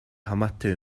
хамаатай